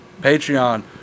Patreon